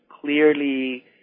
clearly